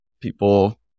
people